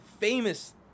famous